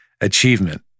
achievement